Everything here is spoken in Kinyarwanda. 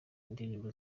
ndirimbo